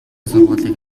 сургаалыг